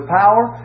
power